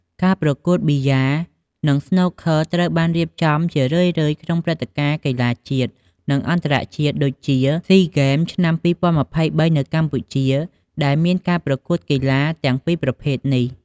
ការប្រកួតប៊ីយ៉ា និងស្នូកឃឺត្រូវបានរៀបចំជារឿយៗក្នុងព្រឹត្តិការណ៍កីឡាជាតិ និងអន្តរជាតិ ដូចជា ស៊ីហ្គេម ឆ្នាំ ២០២៣ នៅកម្ពុជា ដែលមានការប្រកួតកីឡាទាំងពីរប្រភេទនេះ។